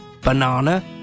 banana